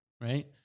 right